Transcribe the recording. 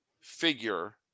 figure